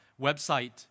website